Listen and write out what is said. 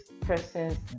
persons